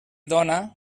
dóna